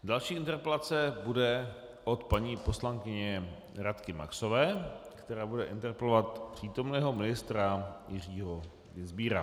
Další interpelace bude od paní poslankyně Radky Maxové, která bude interpelovat přítomného ministra Jiřího Dienstbiera.